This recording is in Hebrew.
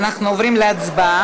אנחנו עוברים להצבעה.